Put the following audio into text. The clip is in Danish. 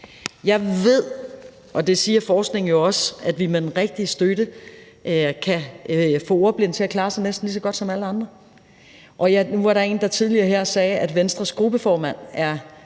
Jeg ved – og det siger forskningen jo også – at vi med den rigtige støtte kan få ordblinde til at klare sig næsten lige så godt som alle andre. Nu var der en, der tidligere her sagde, at Venstres gruppeformand er